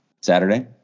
Saturday